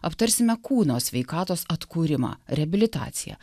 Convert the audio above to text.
aptarsime kūno sveikatos atkūrimą reabilitaciją